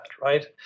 right